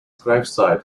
gravesite